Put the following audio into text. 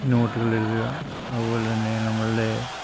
നോട്ടുകളെഴുതുക അതുപോലെതന്നെ നമ്മളുടെ